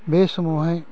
बे समावहाय